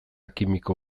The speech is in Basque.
kimiko